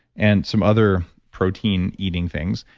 and some other protein-eating things.